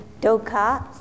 Doka